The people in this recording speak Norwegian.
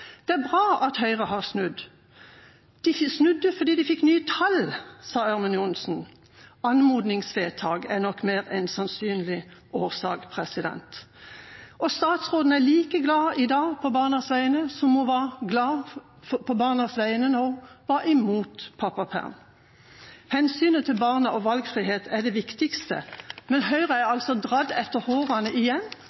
Det er bra at Høyre har snudd. De snudde fordi de fikk nye tall, sa Ørmen Johnsen. Anmodningsvedtak er nok en mer sannsynlig årsak. Statsråden er like glad i dag på barnas vegne som hun var glad på barnas vegne da hun var imot pappaperm. Hensynet til barnet og til valgfrihet er det viktigste, men Høyre er